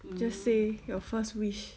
you just say your first wish